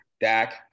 Dak